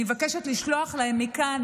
אני מבקשת לשלוח להם מכאן,